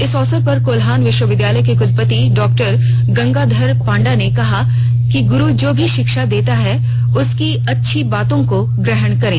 इस अवसर पर कोल्हान विश्वविद्यालय के कुलपति डॉ गंगाधर पांडा ने कहा कि गुरु जो भी शिक्षा देता है उसकी अच्छी बातों को ग्रहण करें